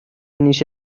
نیشت